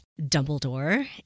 Dumbledore